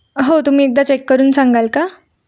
हो तुम्ही एकदा चेक करून सांगाल का